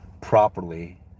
properly